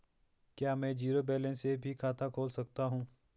क्या में zero balance से भी खाता खोल सकता हूँ?